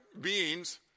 beings